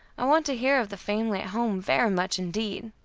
i want to hear of the family at home very much, indeed.